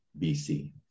BC